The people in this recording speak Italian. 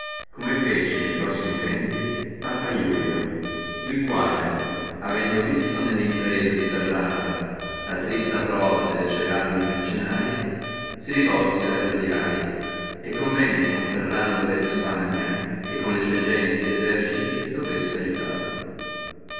come fece ne prossimi tempi papa iulio il quale avendo visto nella impresa di ferrara la trista pruova delle sue armi mercennarie si volse alle ausiliarie e convenne con ferrando re di spagna che con le sua gente et eserciti dovesse aiutarlo